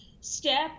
step